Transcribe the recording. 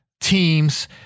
teams